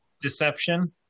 Deception